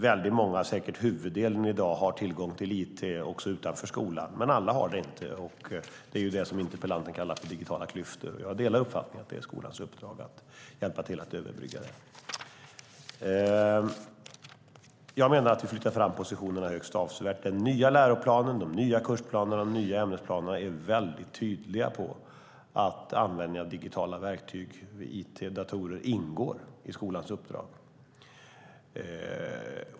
Väldigt många, säkert huvuddelen, har i dag tillgång till it utanför skolan, men alla har det inte, och det är det som interpellanten kallar för digitala klyftor. Jag delar uppfattningen att det är skolans uppdrag att hjälpa till att överbrygga dem. Jag menar att vi flyttar fram positionerna högst avsevärt. Den nya läroplanen, de nya kursplanerna och de nya ämnesplanerna är väldigt tydliga med att användningen av digitala verktyg - it, datorer - ingår i skolans uppdrag.